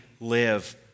live